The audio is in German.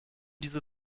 diese